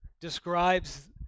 describes